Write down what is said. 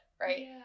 right